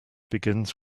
begins